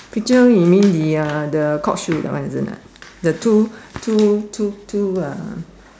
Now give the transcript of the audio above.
picture you mean the uh the court shoes that one isn't it the two two two two uh